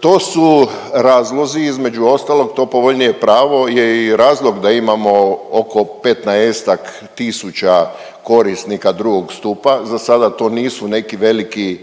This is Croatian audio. to su razlozi, između ostalog, to povoljnije pravo je i razlog da imamo oko 15-ak tisuća korisnika drugog stupa, za sada to nisu neki veliki